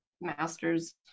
masters